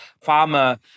farmer